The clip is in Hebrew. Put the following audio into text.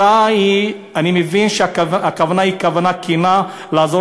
אני מבין שהכוונה היא כוונה כנה לעזור